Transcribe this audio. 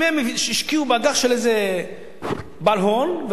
אם הם השקיעו באג"ח של איזה בעל הון,